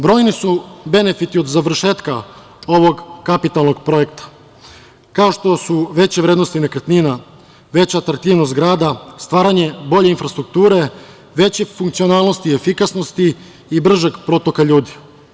Brojni su benefiti od završetka ovog kapitalnog projekta, kao što su veće vrednosti nekretnina, veća atraktivnost grada, stvaranje bolje infrastrukture, veće funkcionalnosti, efikasnosti i bržeg protoka ljudi.